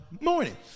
morning